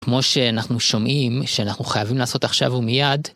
כמו שאנחנו שומעים שאנחנו חייבים לעשות עכשיו ומיד.